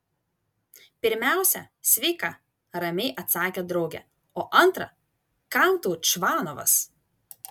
pirmiausia sveika ramiai atsakė draugė o antra kam tau čvanovas